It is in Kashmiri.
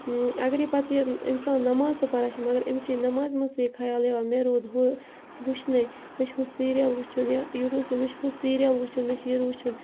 اگر یہِ پَتہٕ یہِ اِنسان نٮ۪ماز تہِ پَران چھِ مگر أمِس چھِ یہِ نٮ۪مازِ مَنٛز تہِ یہِ خَیال یِوان مےٚ روٗد ہُہ وٕچھنُے مےٚ چھُ ہُہ سیٖریَل وٕچھُن یا یوٗٹیوٗبَس پٮ۪ٹھ مےٚ چھُ ہُہ سیٖریَل وٕچھُن مےٚ چھُ یہِ وٕچھُن